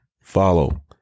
follow